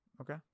okay